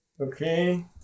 Okay